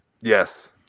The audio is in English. Yes